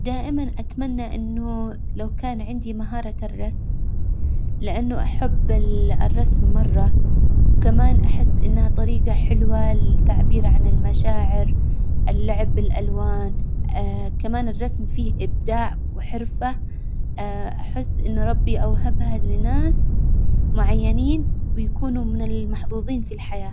دائما أتمنى إنه لو كان عندي مهارة الرسم، لإنه أحب ال- الرسم مرة، وكمان أحس إنها طريجة حلوة للتعبير عن المشاعر، اللعب بالألوان كمان الرسم فيه إبداع وحرفة، أحس إن ربي أوهبها لناس معينين بيكونوا من المحظوظين في الحياة.